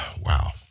Wow